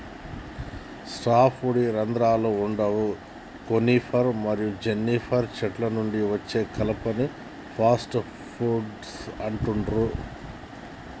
soft వుడ్కి రంధ్రాలు వుండవు కోనిఫర్ మరియు జిమ్నోస్పెర్మ్ చెట్ల నుండి అచ్చే కలపను సాఫ్ట్ వుడ్ అంటుండ్రు